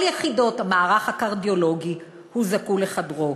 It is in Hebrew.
כל יחידות המערך הקרדיולוגי הוזעקו לחדרו: